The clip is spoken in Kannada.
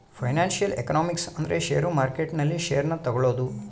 ಫೈನಾನ್ಸಿಯಲ್ ಎಕನಾಮಿಕ್ಸ್ ಅಂದ್ರ ಷೇರು ಮಾರ್ಕೆಟ್ ನಲ್ಲಿ ಷೇರ್ ನ ತಗೋಳೋದು